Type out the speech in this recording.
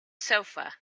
sofa